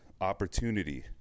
opportunity